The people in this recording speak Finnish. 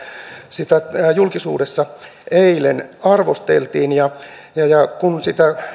sitä julkisuudessa eilen arvosteltiin kun sitä